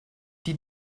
die